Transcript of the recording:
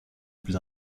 plus